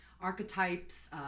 archetypes